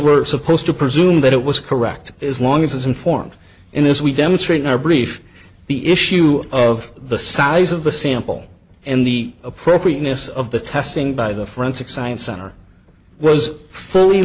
we're supposed to presume that it was correct as long as it's informed in this we demonstrate in our brief the issue of the size of the sample and the appropriateness of the testing by the forensic science center was fully